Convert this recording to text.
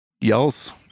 yells